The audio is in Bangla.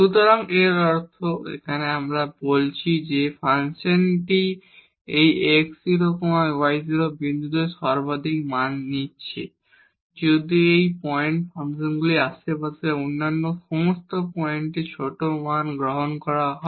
সুতরাং এর অর্থ এখানে আমরা বলছি যে ফাংশনটি এই x0 y0 বিন্দুতে সর্বাধিক মান নিচ্ছে যদি এই পয়েন্ট ফাংশনের আশেপাশের অন্যান্য সমস্ত পয়েন্টে ছোট মান গ্রহণ করা হয়